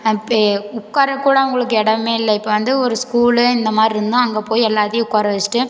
பே உட்கார்றக்குக் கூட அவங்களுக்கு இடமே இல்லை இப்போ வந்து ஒரு ஸ்கூலு இந்த மாதிரி இருந்தால் அங்கே போய் எல்லோரையும் உட்கார வச்சுட்டு